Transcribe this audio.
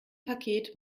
paket